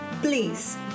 Please